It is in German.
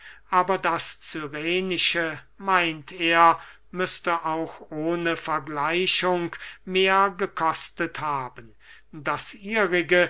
aber das cyrenische meint er müßte auch ohne vergleichung mehr gekostet haben das ihrige